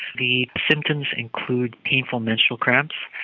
the symptoms include painful menstrual cramps,